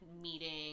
meeting